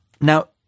Now